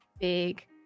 big